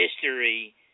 history